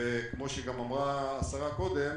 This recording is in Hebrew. וכמו שגם אמרה השרה קודם,